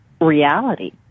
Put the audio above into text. reality